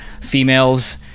females